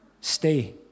Stay